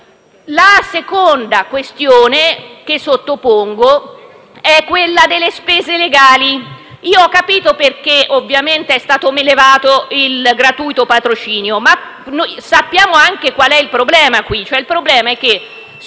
La seconda questione che sottopongo è quella delle spese legali. Ho capito perché ovviamente è stata eliminata la liquidazione del gratuito patrocinio, ma sappiamo anche qual è il problema: il